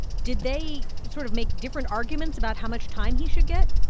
did they sort of make different arguments about how much time he should get?